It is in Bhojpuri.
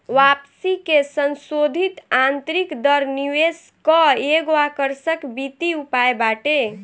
वापसी के संसोधित आतंरिक दर निवेश कअ एगो आकर्षक वित्तीय उपाय बाटे